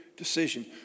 decision